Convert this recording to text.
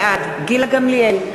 בעד גילה גמליאל,